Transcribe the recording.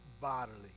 bodily